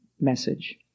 message